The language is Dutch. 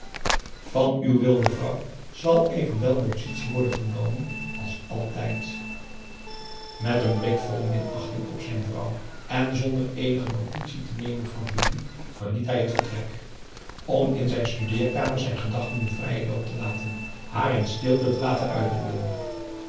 van uw wil mevrouw zal evenveel notitie worden genomen als altijd met een blik vol minachting op zijn vrouw en zonder eenige notitie te nemen van julie verliet hij het vertrek p a daum hoe hij raad van indië werd onder ps maurits om in zijn studeerkamer zijn gedachten den vrijen loop te laten haar in stilte te laten uitwoeden